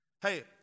Hey